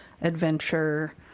adventure